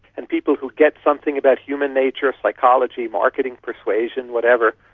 and people who get something about human nature, psychology, marketing persuasion, whatever,